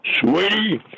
sweetie